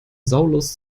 saulus